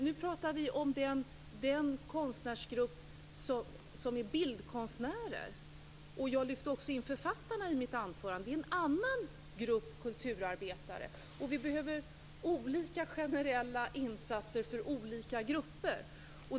Nu talar vi om den konstnärsgrupp som är bildkonstnärer. Jag lyfte i mitt anförande också in författarna. Det är en annan grupp kulturarbetare. Vi behöver olika generella insatser för olika grupper.